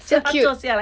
so cute